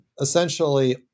essentially